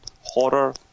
horror